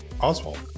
Oswald